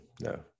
no